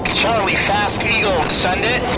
charlie fast eagle, send it.